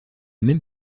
même